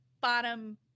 bottom